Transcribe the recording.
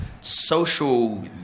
social